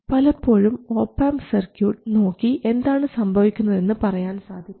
പലപ്പോഴും opamp circuit നോക്കി എന്താണ് സംഭവിക്കുന്നതെന്ന് പറയാൻ സാധിക്കും